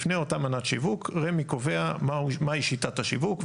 לפני אותה מנת שיווק רמ"י קובע מהי שיטת השיווק.